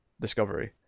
Discovery